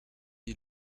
you